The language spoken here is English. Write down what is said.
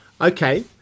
Okay